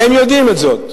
והם יודעים את זאת,